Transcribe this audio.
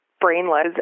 brainless